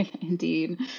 indeed